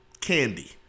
candy